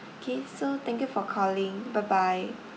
okay so thank you for calling bye bye